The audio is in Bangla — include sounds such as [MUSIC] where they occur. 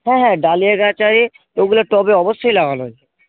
হ্যাঁ হ্যাঁ ডালিয়া গাছ আরে ওগুলো টবে অবশ্যই লাগানো [UNINTELLIGIBLE]